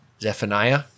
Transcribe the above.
Zephaniah